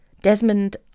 Desmond